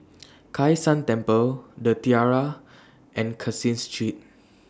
Kai San Temple The Tiara and Caseen Street